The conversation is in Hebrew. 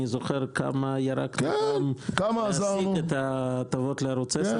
אני זוכר כמה ירקתי דם להשיג את ההטבות לערוץ 10,